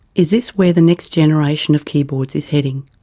is this where the next generation of keyboards is heading?